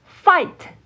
Fight